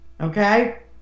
okay